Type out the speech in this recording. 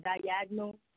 Diagonal